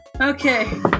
Okay